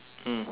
mm